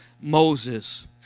Moses